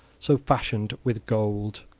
so fashioned with gold,